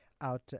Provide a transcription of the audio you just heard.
out